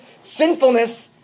sinfulness